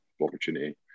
opportunity